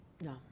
no